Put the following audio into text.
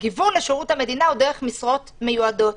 שגיוון בשירות המדינה הוא דרך משרות מיועדות.